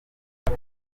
aha